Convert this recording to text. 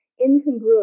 incongruous